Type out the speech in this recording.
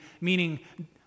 meaning